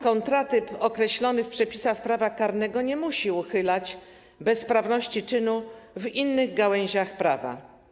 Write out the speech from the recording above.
Kontratyp określony w przepisach prawa karnego nie musi uchylać bezprawności czynu w innych gałęziach prawa.